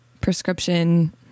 prescription